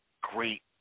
great